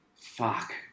fuck